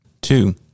Two